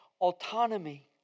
autonomy